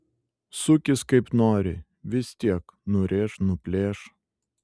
sukis kaip nori vis tiek nurėš nuplėš